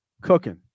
cooking